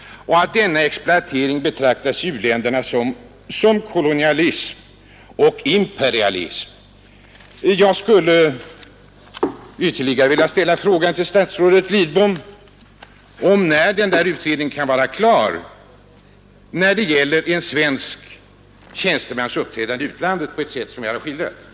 Denna exploatering betraktas i u-länderna som kolonialism och imperialism. Jag vill ställa ytterligare en fråga till statsrådet Lidbom: När kan denna utredning om svensk tjänstemans uppträdande i utlandet på det sätt som jag här har skildrat vara klar?